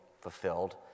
fulfilled